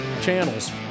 channels